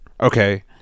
Okay